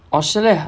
australia